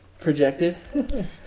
projected